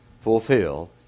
fulfill